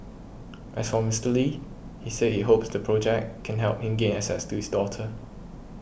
as for Mister Lee he said he hopes the project can help him gain access to his daughter